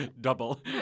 double